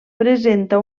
presenta